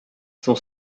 son